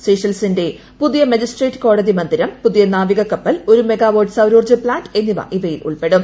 സെഷേൽസിന്റെ പുതിയ മജിസ്ട്രേറ്റ് കോടതി മന്ദിരം പുതിയ നാവിക കപ്പൽ ഒരു മെഗാവാട്ട് സൌരോർജ്ജ ്പ്ലാന്റ എന്നിവ ഇവയിൽ ഉൾപ്പെടും